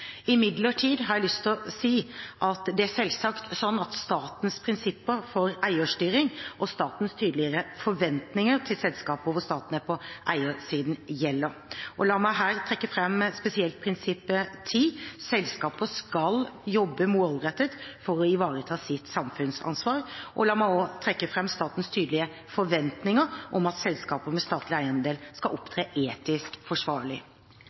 Imidlertid har jeg lyst til å si at det er selvsagt slik at statens prinsipper for eierstyring og statens tydelige forventninger til selskaper hvor staten er på eiersiden, gjelder. La meg her trekke fram spesielt prinsipp 10 – selskaper skal jobbe målrettet for å ivareta sitt samfunnsansvar. La meg også trekke fram statens tydelige forventninger om at selskaper med statlige eierandeler skal opptre etisk forsvarlig.